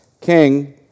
king